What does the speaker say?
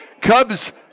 Cubs